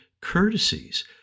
courtesies